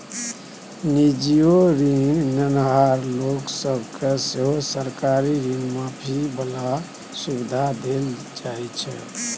निजीयो ऋण नेनहार लोक सब केँ सेहो सरकारी ऋण माफी बला सुविधा देल जाइ छै